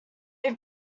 hope